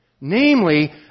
Namely